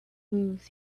move